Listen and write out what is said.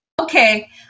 Okay